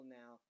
now